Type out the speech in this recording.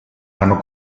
hanno